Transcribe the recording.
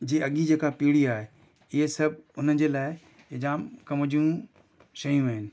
जी अॻे जेका पीढ़ी आहे इहे सभु उनजे लाइ हे जामु कम जूं शयूं आहिनि